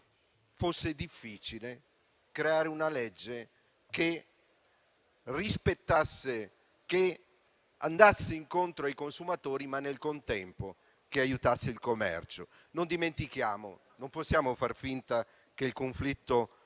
fosse difficile creare una legge che andasse incontro ai consumatori e al contempo aiutasse il commercio. Non dimentichiamo: non possiamo far finta che il conflitto